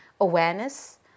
awareness